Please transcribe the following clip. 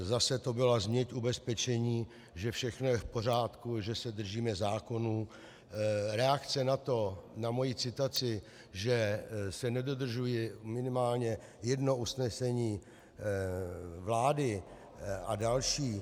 Zase to byla změť ubezpečení, že všechno je v pořádku, že se držíme zákonů, reakce na moji citaci, že se nedodržuje minimálně jedno usnesení vlády, a další.